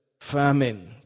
famine